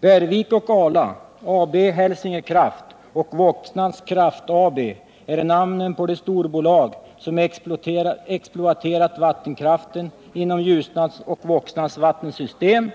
Bergvik och Ala, Hälsingekraft AB och Voxnans Kraft AB är namnen på de storbolag som exploaterat vattenkraften inom Ljusnans och Voxnans vattensystem